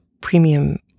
premium